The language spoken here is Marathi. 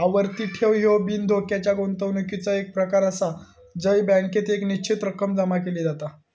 आवर्ती ठेव ह्यो बिनधोक्याच्या गुंतवणुकीचो एक प्रकार आसा जय बँकेत एक निश्चित रक्कम जमा केली जाता